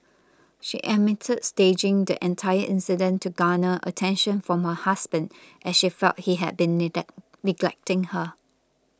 she admitted staging the entire incident to garner attention from her husband as she felt he had been neglecting her